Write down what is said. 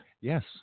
Yes